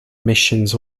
missions